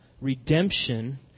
redemption